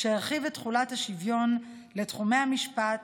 שהרחיב את תחולת השוויון לתחומי המשפט